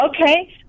Okay